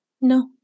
No